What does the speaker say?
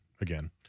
again